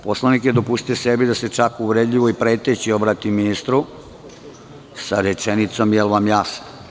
Poslanik je dopustio sebi da se čak uvredljivo i preteći obrati ministru sa rečenicom – je l' vam jasno.